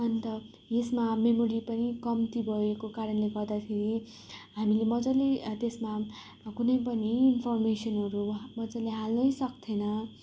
अन्त यसमा मेमोरी पनि कम्ती भएको कारणले गर्दाखेरि हामीले मजाले त्यसमा कुनै पनि इन्फोर्मेसनहरू वहाँ मजाले हाल्नै सक्थेन